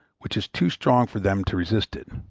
which is too strong for them to resist it,